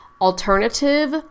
alternative